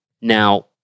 Now